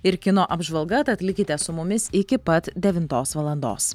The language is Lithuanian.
ir kino apžvalga tad likite su mumis iki pat devintos valandos